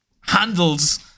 handles